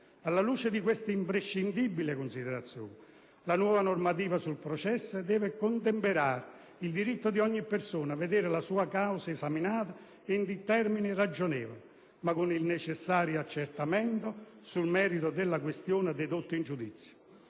Alla luce di questa imprescindibile considerazione, la nuova normativa sul processo deve contemperare il diritto di ogni persona a vedere la sua causa esaminata entro un termine ragionevole, ma con il necessario accertamento sul merito della questione dedotta in giudizio.